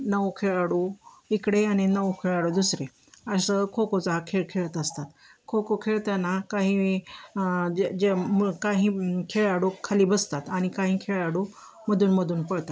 नऊ खेळाडू इकडे आणि नऊ खेळाडू दुसरे असं खोखोचा खेळ खेळत असतात खोखो खेळताना काही जे जे काही खेळाडू खाली बसतात आणि काही खेळाडू मधूनमधून पळतात